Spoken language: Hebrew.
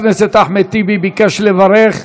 חבר הכנסת אחמד טיבי ביקש לברך,